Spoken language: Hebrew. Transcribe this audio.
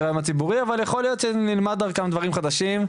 יום הציבורי אבל יכול להיות שנלמד דרכם דברים חדשים.